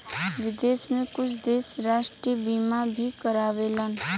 विदेश में कुछ देश राष्ट्रीय बीमा भी कारावेलन